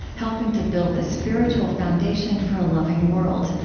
helping to build the spiritual foundation for a loving world.